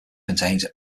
contains